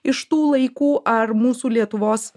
iš tų laikų ar mūsų lietuvos